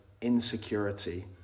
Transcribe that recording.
insecurity